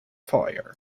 foyer